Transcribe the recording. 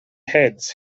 heads